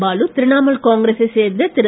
பாலு திரிணாமுல் காங்கிரசைச் சேர்ந்த திரு